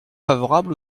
favorable